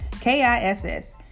K-I-S-S